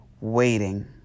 waiting